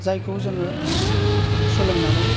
जायखौ जोङो सोलोंनानै